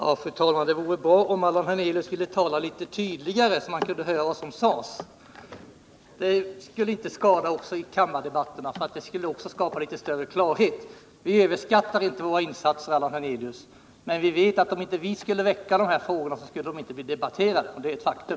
Fru talman! Det vore bra om Allan Hernelius ville tala litet tydligare, så att man kunde höra vad han säger. Det skulle skapa litet större klarhet i kammardebatterna. — Vi överskattar inte våra insatser, Allan Hernelius, men vi vet att dessa frågor inte skulle bli debatterade, om vi inte motionerade i dem. Det är ett faktum.